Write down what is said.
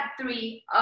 three